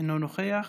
אינו נוכח,